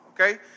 Okay